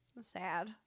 Sad